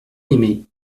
aimé